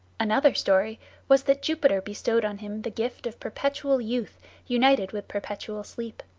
another story was that jupiter bestowed on him the gift of perpetual youth united with perpetual sleep.